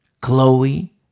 Chloe